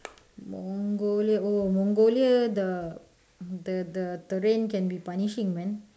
mongolia oh mongolia the the the rain can be punishing man